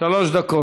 שלוש דקות.